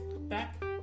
back